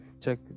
check